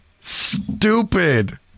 stupid